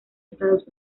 estados